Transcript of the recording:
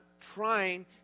trying